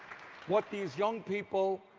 what these young people